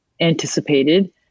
anticipated